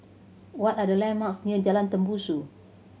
what are the landmarks near Jalan Tembusu